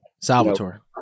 Salvatore